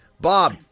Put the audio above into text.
Bob